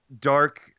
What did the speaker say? dark